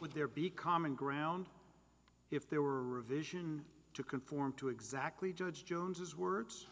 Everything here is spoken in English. would there be common ground if there were a revision to conform to exactly judge jones as words